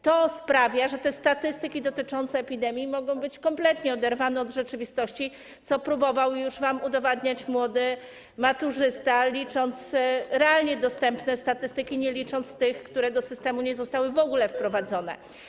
To sprawia, że te statystyki dotyczące epidemii mogą być kompletnie oderwane od rzeczywistości, co próbował już wam udowadniać młody maturzysta, licząc realnie dostępne statystyki, nie licząc tych, które do systemu nie zostały w ogóle wprowadzone.